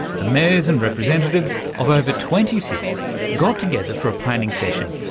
the mayors and representatives of over twenty cities got together for a planning session,